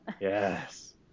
Yes